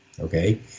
okay